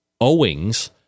Owings